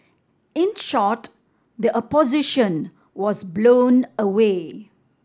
in short the Opposition was blown away